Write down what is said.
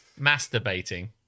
masturbating